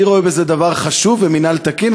אני רואה בזה דבר חשוב ומינהל תקין,